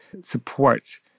support